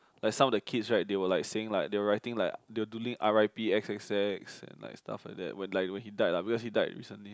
like some of the kids right they were like saying like they were writing like they were doodling r_i_p X X X and like stuff like that when like when he died lah because he died recently